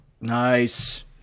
Nice